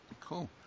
Cool